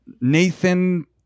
Nathan